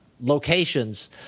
locations